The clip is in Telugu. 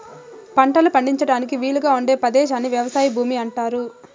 పంటలు పండించడానికి వీలుగా ఉండే పదేశాన్ని వ్యవసాయ భూమి అంటారు